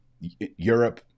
Europe